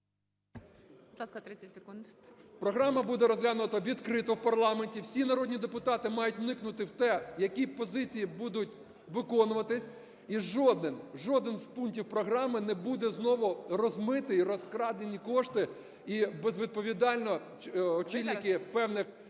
…програма буде розглянута відкрито в парламенті, всі народні депутати мають вникнути в те, які позиції будуть виконуватись, і жоден, жоден з пунктів програми не буде знову розмитий, розкраденні кошти, і безвідповідально очільники певних